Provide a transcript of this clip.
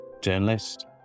journalist